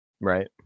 Right